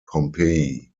pompeii